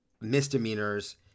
misdemeanors